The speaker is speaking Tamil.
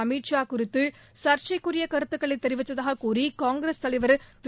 அமித்ஷா குறித்து சர்ச்சைக்குரிய கருத்துக்களை தெரிவித்ததாக கூறி காங்கிரஸ் தலைவர் திரு